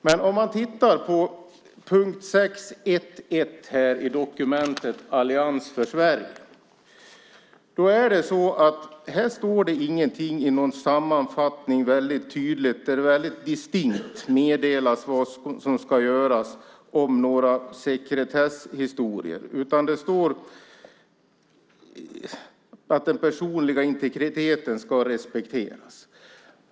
Men under punkt 6.1.1 i Allians för Sveriges dokument meddelas det inte distinkt i någon sammanfattning vad som ska göras vad gäller sekretesshistorier, utan det står att den personliga integriteten ska respekteras.